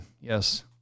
Yes